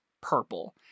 purple